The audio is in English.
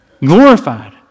glorified